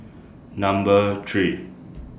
Number three